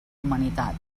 humanitat